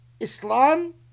Islam